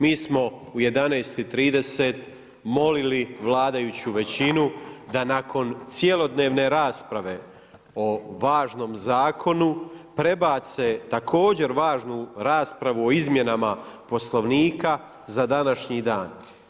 Mi smo u 11,30 molili vladajuću većinu da nakon cjelodnevne rasprave o važnom zakonu, prebace također važnu raspravu o izmjenama Poslovnika za današnji dan.